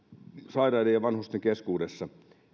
sairaiden ja vanhusten keskuudessa